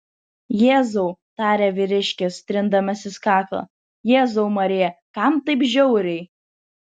jėzau tarė vyriškis trindamasis kaklą jėzau marija kam taip žiauriai